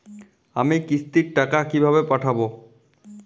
আমি কিস্তির টাকা কিভাবে পাঠাব?